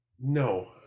No